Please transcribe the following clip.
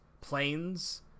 planes